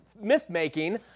myth-making